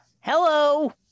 Hello